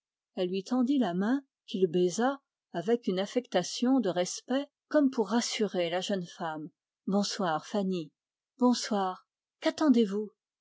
elle lui tendit la main qu'il baisa avec une affectation de respect comme pour rassurer la jeune femme bonsoir fanny chérie bonsoir quattendez vous